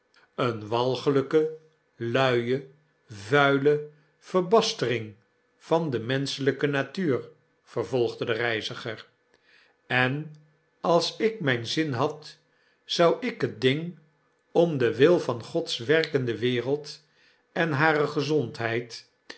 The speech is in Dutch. eene walglijke luie vuile verbastering van de menschelpe natuur vervolgde de reiziger en als ik mjjn zin had zou ik het ding om den wil van gods werkende wereld en hare gezondheid